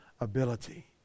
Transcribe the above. ability